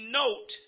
note